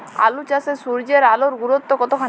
আলু চাষে সূর্যের আলোর গুরুত্ব কতখানি?